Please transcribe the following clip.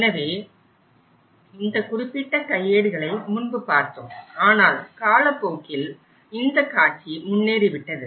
எனவே இந்த குறிப்பிட்ட கையேடுகளை முன்பு பார்த்தோம் ஆனால் காலப்போக்கில் இந்த காட்சி முன்னேறிவிட்டது